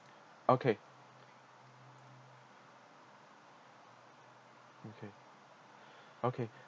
okay okay okay